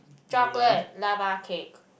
chocolate lava cake